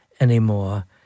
anymore